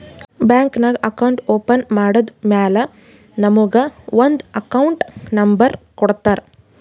bank ನಾಗ್ account open ಮಾಡದ್ದ್ ಮ್ಯಾಲ ನಮುಗ ಒಂದ್ ಅಕೌಂಟ್ ನಂಬರ್ ಕೊಡ್ತಾರ್